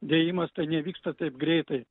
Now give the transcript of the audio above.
dėjimas tai nevyksta taip greitai